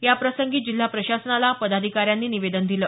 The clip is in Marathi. याप्रसंगी जिल्हा प्रशासनाला पदाधिकाऱ्यांनी निवेदन दिलं